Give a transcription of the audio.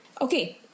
okay